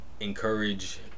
encourage